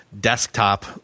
desktop